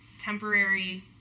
temporary